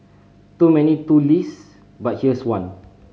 too many too list but here's one